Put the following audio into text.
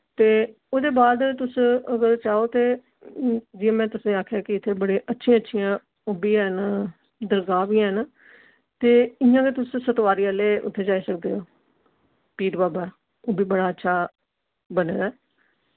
ते ओह्दे बाद तुस अगर चाहो ते जि'यां में तुसें आखेया कि इत्थै बड़े अच्छे अच्छियां ओह् बी हैन दरगाह वी हैन ते इ'यां गै तुस सतवारी आह्ले उत्थे जाई सकदे ओ पीर बाबा ओह् वी बड़ा अच्छा बने दा ऐ